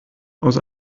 aus